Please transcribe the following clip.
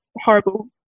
horrible